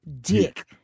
dick